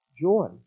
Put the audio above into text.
joy